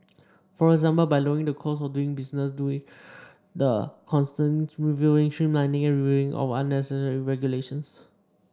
for example by lowering the cost of doing business through the constant reviewing streamlining and reviewing of unnecessary regulations